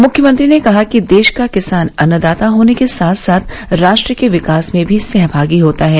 मुख्यमंत्री ने कहा कि देश का किसान अन्नदाता होने के साथ साथ राष्ट्र के विकास में भी सहभागी होता है